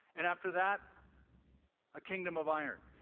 and after that a kingdom of iron.